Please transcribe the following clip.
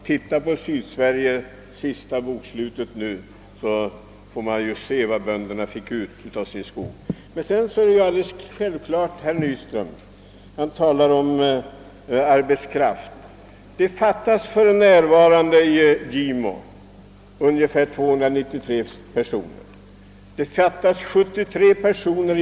Titta på Sydsveriges senaste bokslut, så får ni se vad bönderna fick ut av sin skog! Herr Nyström talar om att arbetskraft finns. Men det är alldeles klart att det i Gimo för närvarande fattas er: arbetskraft på 293 personer och i Hallstavik på 73 personer.